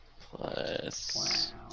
plus